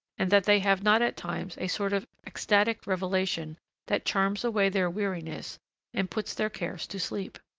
and that they have not at times a sort of ecstatic revelation that charms away their weariness and puts their cares to sleep!